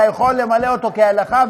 אתה יכול למלא אותו כהלכה,